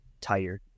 tired